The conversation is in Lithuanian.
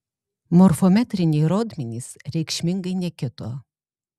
morfometriniai rodmenys reikšmingai nekito